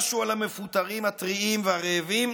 משהו על המפוטרים הטריים והרעבים?